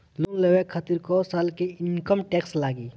Loan लेवे खातिर कै साल के इनकम टैक्स लागी?